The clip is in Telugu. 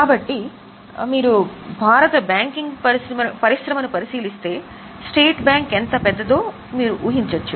కాబట్టి మీరు భారత బ్యాంకింగ్ పరిశ్రమను పరిశీలిస్తే స్టేట్ బ్యాంక్ ఎంత పెద్దదో మీరు ఊహించవచ్చు